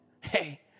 hey